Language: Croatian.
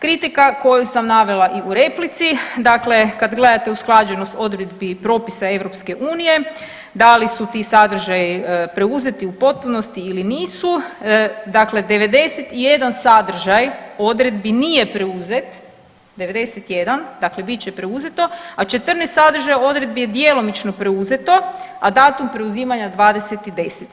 Kritika koju sam navela i u replici, dakle kad gledate usklađenost odredbi i propisa EU, da li su ti sadržaji preuzeti u potpunosti ili nisu, dakle 91 sadržaj odredbi nije preuzet 91, dakle bit će preuzeto, a 14 sadržaja odredbi je djelomično preuzeto, a datum preuzimanja 20.10.